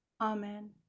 Amen